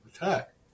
attack